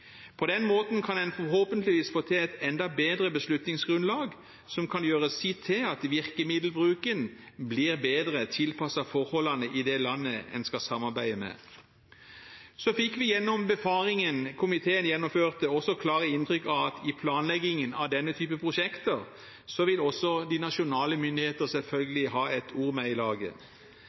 På den måten kan en forhåpentligvis få til et enda bedre beslutningsgrunnlag, som kan gjøre sitt til at virkemiddelbruken blir bedre tilpasset forholdene i det landet en skal samarbeide med. Så fikk vi gjennom befaringen komiteen gjennomførte, også klare inntrykk av at i planleggingen av denne type prosjekter vil selvfølgelig også de nasjonale myndigheter ha et ord med i laget.